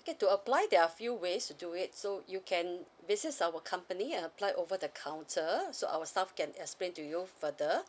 okay to apply there're few ways to do it so you can visit our company apply over the counter so our staff can explain to you further